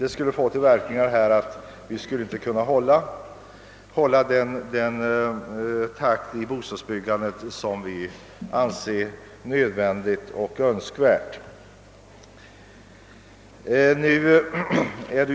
Det skulle få till följd att vi inie skulle kunna hålla den takt i bostadsbyggandet som vi anser nödvändig och önskvärd.